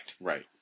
Right